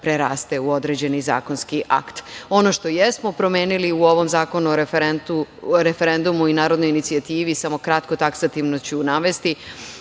preraste u određeni zakonski akt. Ono što jesmo promenili u ovom Zakonu o referendumu i narodnoj inicijativi, samo kratko taksativno ću navesti,